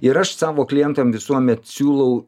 ir aš savo klientam visuomet siūlau